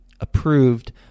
approved